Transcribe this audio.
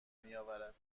میآورد